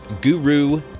Guru